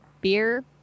beer